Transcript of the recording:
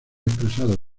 expresado